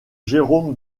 jérôme